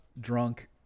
drunk